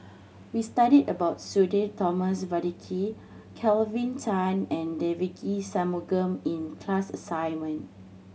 we studied about Sudhir Thomas Vadaketh Kelvin Tan and Devagi Sanmugam in class assignment